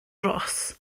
ros